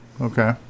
Okay